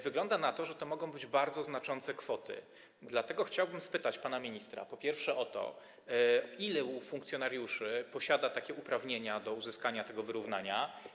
Wygląda na to, że to mogą być bardzo znaczące kwoty, dlatego chciałbym spytać pana ministra, po pierwsze, o to, ilu funkcjonariuszy posiada uprawnienia do uzyskania tego wyrównania.